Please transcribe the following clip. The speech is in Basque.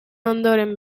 ondoren